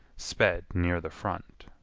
sped near the front.